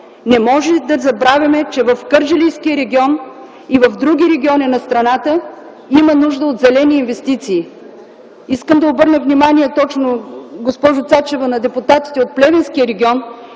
Не може да забравим, че в Кърджалийския регион и в други региони на страната има нужда от зелени инвестиции. (Реплики.) Искам да обърна внимание, госпожо Цачева, на депутатите от Плевенския регион,